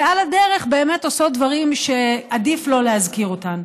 ועל הדרך באמת עושות דברים שעדיף לא להזכיר אותם.